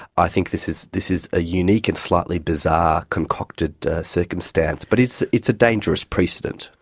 i think this is this is a unique and slightly bizarre concocted circumstance, but it's it's a dangerous precedent.